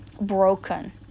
broken